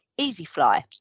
EasyFly